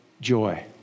joy